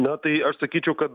na tai aš sakyčiau kad